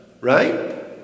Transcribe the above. right